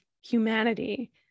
humanity